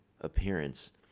appearance